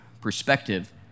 perspective